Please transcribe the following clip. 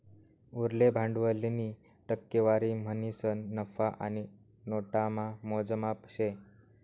उनले भांडवलनी टक्केवारी म्हणीसन नफा आणि नोटामा मोजमाप शे